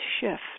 shift